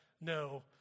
no